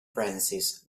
francis